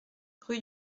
rue